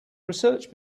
research